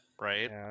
Right